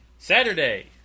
Saturday